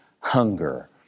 hunger